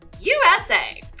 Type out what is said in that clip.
USA